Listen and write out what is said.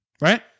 right